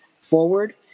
forward